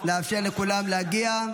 לאפשר לכולם להגיע.